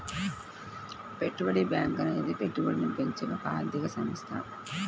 పెట్టుబడి బ్యాంకు అనేది పెట్టుబడిని పెంచే ఒక ఆర్థిక సంస్థ